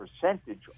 percentage